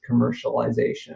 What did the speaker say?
commercialization